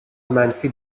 منفی